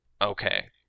Okay